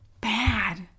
Bad